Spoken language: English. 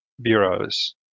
bureaus